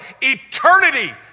Eternity